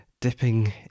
dipping